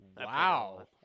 Wow